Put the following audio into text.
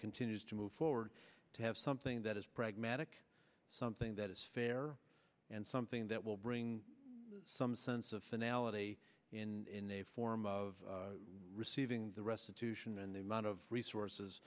continues to move forward to have something that is pragmatic something that is fair and something that will bring some sense of finality in the form of receiving the restitution and the amount of resources